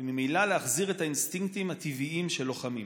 וממילא להחזיר את האינסטינקטים הטבעיים של לוחמים.